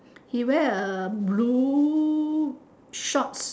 he wear a blue shorts